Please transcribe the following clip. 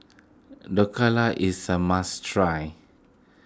Dhokla is a must try